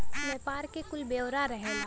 व्यापार के कुल ब्योरा रहेला